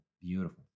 beautiful